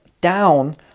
down